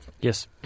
Yes